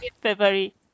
February